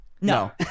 No